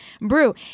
Brew